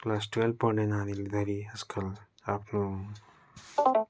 class twelve पढ्ने नानीले धरि आजकल आफ्नो